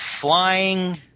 flying